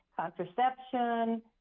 contraception